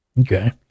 Okay